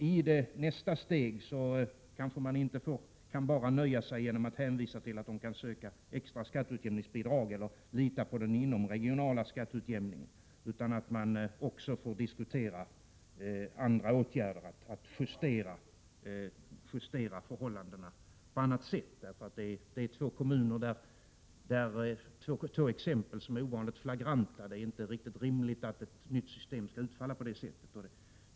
I nästa steg kan man kanske inte nöja sig med att hänvisa till att de kan söka extra skatteutjämningsbidrag eller lita på den inomregionala skatteutjämningen, utan man måste diskutera även åtgärder för att justera dessa effekter på annat sätt. Detta är två ovanligt flagranta exempel på att ett nytt system inte bör utfalla på det sättet. Det är inte rimligt.